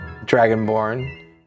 Dragonborn